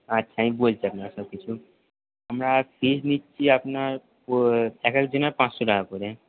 আচ্ছা আমি বলছি আপনাকে সবকিছু আমরা ফিস নিচ্ছি আপনার এক এক জনের পাঁচশো টাকা করে